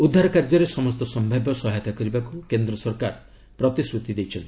ଉଦ୍ଧାର କାର୍ଯ୍ୟରେ ସମସ୍ତ ସମ୍ଭାବ୍ୟ ସହାୟତା କରିବାକୁ କେନ୍ଦ୍ର ସରକାର ପ୍ରତିଶ୍ରତି ଦେଇଛନ୍ତି